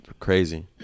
Crazy